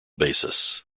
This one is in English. basis